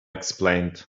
explained